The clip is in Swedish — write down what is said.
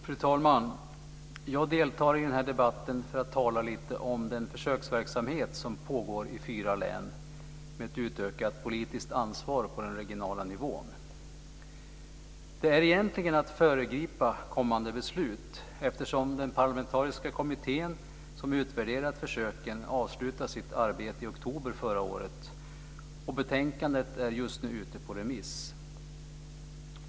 Fru talman! Jag deltar i den här debatten för att tala lite om den försöksverksamhet som pågår i fyra län med ett utökat politiskt ansvar på den regionala nivån. Det är egentligen att föregripa kommande beslut eftersom den parlamentariska kommittén som utvärderat försöken avslutade sitt arbete i oktober förra året och betänkandet är just nu ute på remiss.